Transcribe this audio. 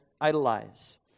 idolize